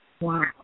Wow